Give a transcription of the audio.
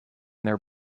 their